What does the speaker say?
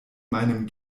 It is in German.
meinen